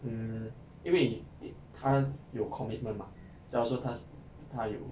mm 因为他有 commitment mah 假如说他是他有